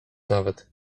nawet